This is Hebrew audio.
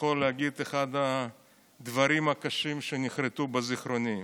יכול להגיד שזה אחד הדברים הקשים שנחרתו בזיכרוני.